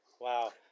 Wow